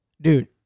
dude